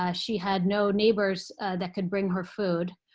ah she had no neighbors that could bring her food.